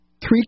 three